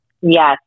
Yes